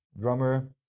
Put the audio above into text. drummer